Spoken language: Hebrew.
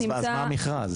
אז על מה המכרז?